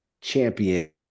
champion